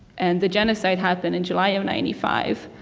and the genocide happened in july of ninety five.